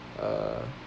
uh